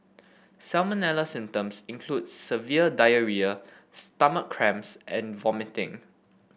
salmonella symptoms include severe diarrhoea stomach cramps and vomiting